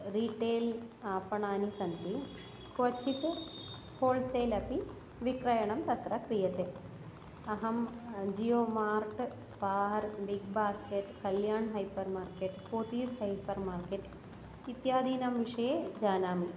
retail आपणानि सन्ति क्वचित् होल्सेल् अपि विक्रयणं तत्र क्रियते अहं Jio mart Spar big basket Kalyan hyper market Pothys hyper market इत्यादीनां विषये जानामि